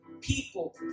people